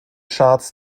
charts